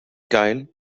geil